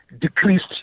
decreased